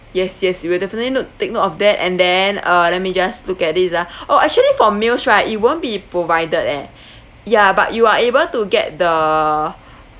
yes yes we'll definitely note take note of that and then uh let me just look at this ah oh actually for meals right it won't be provided eh ya but you are able to get the